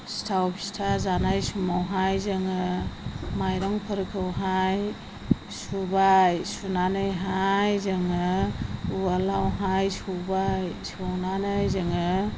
सिथाव फिथा जानाय समावहाय जोङो माइरंफोरखौहाय सुबाय सुनानैहाय जोङो उवालआवहाय सौबाय सौनानै जोङो